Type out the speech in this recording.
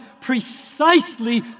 precisely